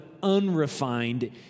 unrefined